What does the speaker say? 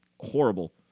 horrible